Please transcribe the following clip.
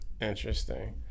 interesting